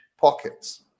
pockets